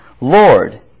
Lord